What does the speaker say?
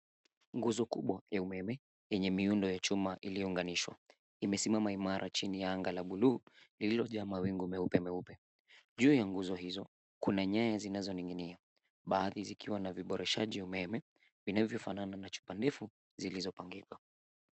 Nguzo kubwa ya umeme iliyo na miundo ya chuma iliyounganishwa. Imesimama imara chini ya anga la buluu lililojaa mawingu meupe meupe. Juu ya nguzo hizo kuna nyaya zilizoning'inia baadhi zikiwa na viboreshaji umeme vinavyofanana na chupa ndefu zilizopangika.